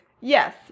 yes